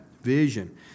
vision